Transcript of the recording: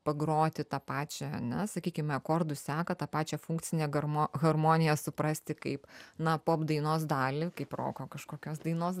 pagroti tą pačią na sakykime akordų seką tą pačią funkcinę garmo harmoniją suprasti kaip na pop dainos dalį kaip roko kažkokios dainos